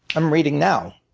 i'm reading now,